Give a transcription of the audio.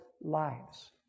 lives